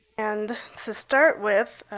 and to start with,